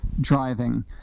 driving